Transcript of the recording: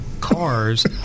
cars